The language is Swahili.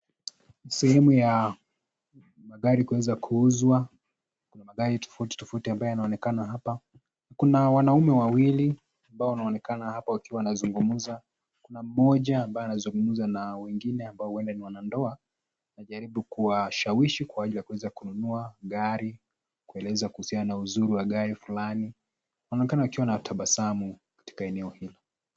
Ni sehemu ya, magari kuweza kuuzwa, kuna magari tofauti tofauti ambayo yanaonekana hapa, na kuna wanaume wawili, ambao wanaonekana hapa wakiwa wanazungumza, kuna mmoja ambaye anazungumza na wengine ambao huenda ni wanandoa, ajaribu kuwashawishi kwa ajili ya kuweza kununua gari, kueleza kuhusiana na uzuri wa gari fulani, wanaonekana wakiwa na tabasamu, katika eneo hilo.